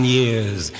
years